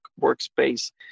workspace